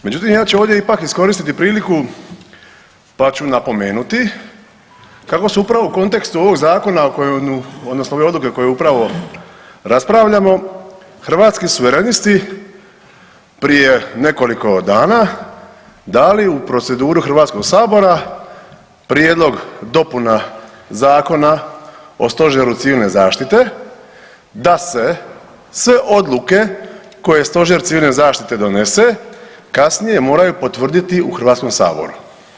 Međutim, ja ću ovdje ipak iskoristiti priliku pa ću napomenuti kako su upravo u kontekstu ovog zakona o kojemu odnosno ove odluke kojoj upravo raspravljamo Hrvatski suverenisti prije nekoliko dali u proceduru Hrvatskog sabora prijedlog dopuna Zakona o Stožeru civilne zaštite da se sve odluke koje Stožer civilne zaštite donese kasnije moraju potvrditi u Hrvatskom saboru.